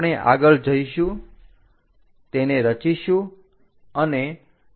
આપણે આગળ જઈશું તેને રચીશું અને રજુ કરીશું